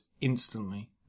instantly